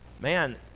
Man